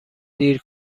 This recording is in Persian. دیر